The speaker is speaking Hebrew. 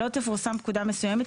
לא תפורסם פקודה מסוימת,